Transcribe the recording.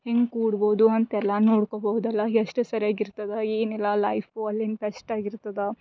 ಹೇಗ್ ಕೂಡ್ಬೌದು ಅಂತೆಲ್ಲ ನೋಡ್ಕೋಬಹುದಲ್ಲ ಎಷ್ಟು ಸರಿಯಾಗಿರ್ತದೆ ಏನಿಲ್ಲ ಲೈಫು ಅಲ್ಲಿಂದ ಬೆಸ್ಟ್ ಆಗಿರ್ತದೆ